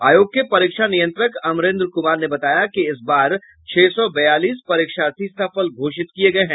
आयोग के परीक्षा नियंत्रक अमरेंद्र कुमार ने बताया है कि इस बार छह सौ बयालीस परीक्षार्थी सफल घोषित किये गये हैं